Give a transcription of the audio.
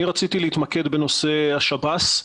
אני רציתי להתמקד בנושא השב"ס.